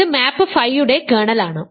ഇത് മാപ് ഫൈയുടെ കേർണലാണ്